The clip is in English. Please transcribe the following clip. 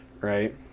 Right